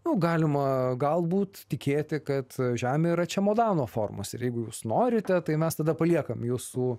nu galima galbūt tikėti kad žemė yra čiamodano formos ir jeigu jūs norite tai mes tada paliekam jus su